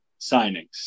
signings